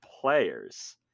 players